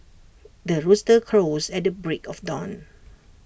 the rooster crows at the break of dawn